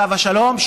עליו השלום,